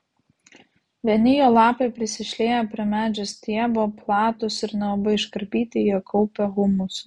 vieni jo lapai prisišlieję prie medžio stiebo platūs ir nelabai iškarpyti jie kaupia humusą